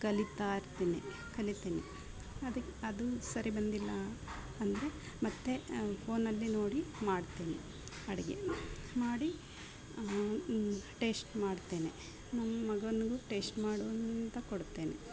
ಕಲಿತಾ ಇರ್ತೀನಿ ಕಲಿತೀನಿ ಅದು ಅದು ಸರಿ ಬಂದಿಲ್ಲ ಅಂದರೆ ಮತ್ತೆ ಫೋನಲ್ಲೆ ನೋಡಿ ಮಾಡ್ತೀನಿ ಅಡಿಗೆ ಮಾಡಿ ಟೇಸ್ಟ್ ಮಾಡ್ತೇನೆ ನನ್ನ ಮಗನ್ಗು ಟೇಸ್ಟ್ ಮಾಡು ಅಂತ ಕೊಡುತ್ತೇನೆ